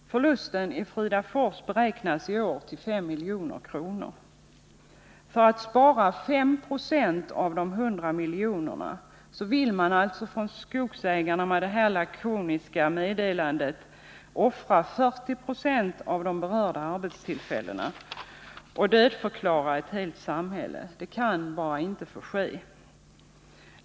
Förlusten i Fridafors beräknas i år uppgå till 5 milj.kr. För att kunna spara 5 90 av de 100 miljoner kronorna är man från Skogsägarnas sida alltså beredd att, enligt det här lakoniska meddelandet, offra 40 26 av de berörda arbetstillfällena och att dödförklara ett helt samhälle. Detta får bara inte ske!